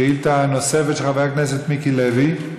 שאילתה נוספת, של חבר הכנסת מיקי לוי.